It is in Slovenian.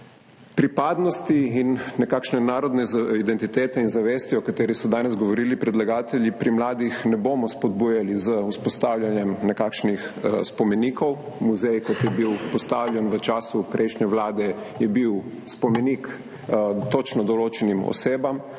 Pripadnosti in nekakšne narodne identitete in zavesti, o kateri so danes govorili predlagatelji, pri mladih ne bomo spodbujali z vzpostavljanjem nekakšnih spomenikov. Muzej, kot je bil postavljen v času prejšnje vlade, je bil spomenik točno določenim osebam,